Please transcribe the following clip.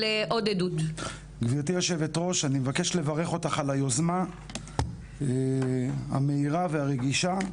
אני מבקש לברך אותך על היוזמה המהירה והרגישה,